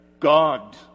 God